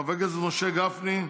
חבר הכנסת משה גפני.